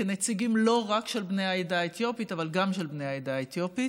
כנציגים לא רק של בני העדה האתיופית אבל גם של בני העדה האתיופית.